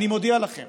אני מודיע לכם